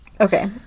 Okay